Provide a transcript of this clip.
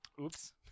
Oops